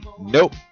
Nope